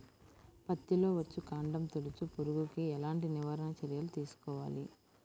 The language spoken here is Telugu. పత్తిలో వచ్చుకాండం తొలుచు పురుగుకి ఎలాంటి నివారణ చర్యలు తీసుకోవాలి?